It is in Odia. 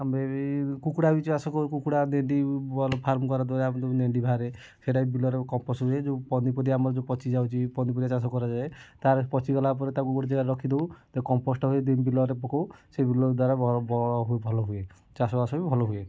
ଆମେ ବି କୁକୁଡ଼ା ବି ଚାଷ କରୁ କୁକୁଡ଼ା ଭଲ ଫାର୍ମ କରିବା ଦ୍ୱାରା ସେଟାବି ବିଲର କମ୍ପୋଷ୍ଟ ହୁଏ ଯେଉଁ ପନିପରିବା ଆମର ଯେଉଁ ପଚିଯାଉଛି ପନିପରିବା ଚାଷ କରାଯାଏ ତା'ର ପଚିଗଲା ପରେ ତାକୁ ଗୋଟେ ଜାଗାରେ ରଖିଦେଉ ତାକୁ କମ୍ପୋଷ୍ଟ ହେଇ ବିଲରେ ପକାଉ ସେ ବିଲରେ ବହୁ ଭଲ ହୁଏ ଚାଷବାସ ବି ଭଲ ହୁଏ